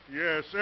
Yes